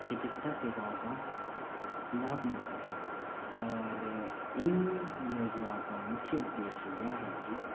चिकित्सा सेवाओं का लाभ मिल सकें और इन योजनाओं का मुख्य उद्देश्य यह है कि